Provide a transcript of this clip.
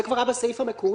זה כבר היה בסעיף המקורי.